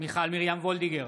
מיכל מרים וולדיגר,